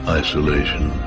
isolation